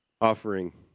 Offering